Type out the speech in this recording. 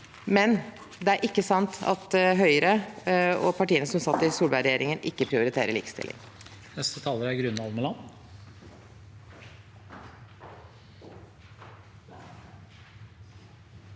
men det er ikke sant at Høyre og partiene som satt i Solberg-regjeringen, ikke prioriterer likestilling.